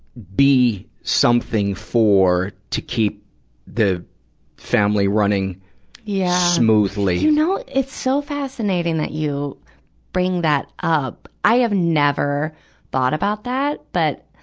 be something for to keep the family running yeah smoothly. you know, it's so fascinating that you bring that up. i have never thought about that, but,